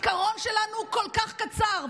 הזיכרון שלנו הוא כל כך קצר.